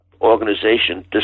organization